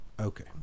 Okay